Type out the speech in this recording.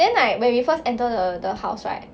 then like when we first enter the the house right